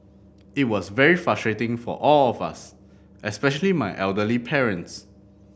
it was very frustrating for all of us especially my elderly parents